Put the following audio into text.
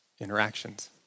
interactions